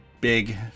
big